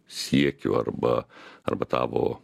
siekių arba arba tavo